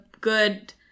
good